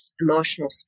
emotional